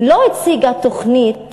לא הציגה תוכנית